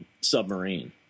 submarine